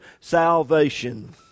salvation